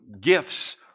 gifts